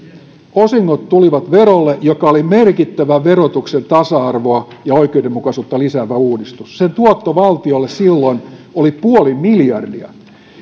osingot tulivat verolle mikä oli merkittävä verotuksen tasa arvoa ja oikeudenmukaisuutta lisäävä uudistus sen tuotto valtiolle silloin oli puoli miljardia